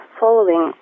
following